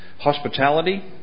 hospitality